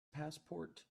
passport